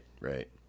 right